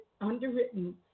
underwritten